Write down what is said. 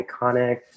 iconic